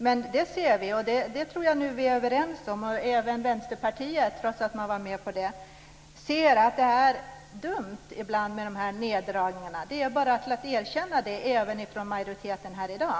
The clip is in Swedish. Jag tror att vi nu är överens om, även Vänsterpartiet trots att man var med på detta, att det är dumt ibland med dessa neddragningar. Det är bara att erkänna det, och det gäller även majoriteten här i dag.